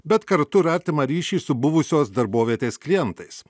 bet kartu ir artimą ryšį su buvusios darbovietės klientais